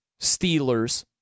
Steelers